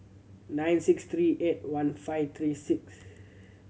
nine six three eight one five three six